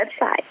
website